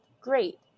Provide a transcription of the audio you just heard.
Great